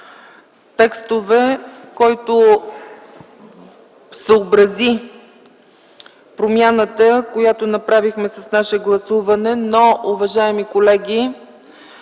текстове, който съобрази промяната, която направихме с наше гласуване. Но, уважаеми колеги,